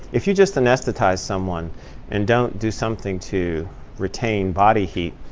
if you just anesthetized someone and don't do something to retain body heat,